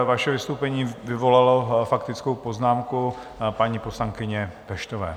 Vaše vystoupení vyvolalo faktickou poznámku paní poslankyně Peštové.